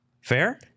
Fair